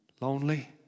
lonely